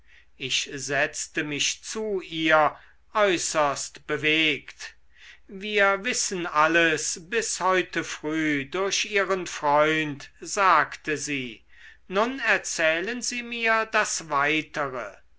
ich setzte mich zu ihr äußerst bewegt wir wissen alles bis heute früh durch ihren freund sagte sie nun erzählen sie mir das weitere